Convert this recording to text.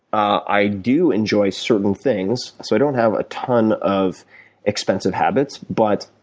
i do enjoy certain things. so i don't have a ton of expensive habits, but,